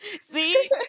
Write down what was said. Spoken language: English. See